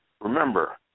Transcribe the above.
remember